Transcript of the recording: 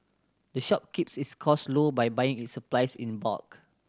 the shop keeps its cost low by buying its supplies in bulk